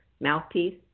mouthpiece